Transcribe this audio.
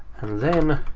and then.